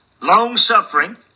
long-suffering